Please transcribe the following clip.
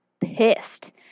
pissed